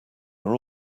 are